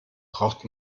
braucht